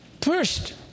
first